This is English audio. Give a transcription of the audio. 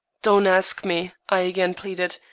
don't ask me, i again pleaded,